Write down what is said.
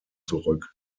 zurück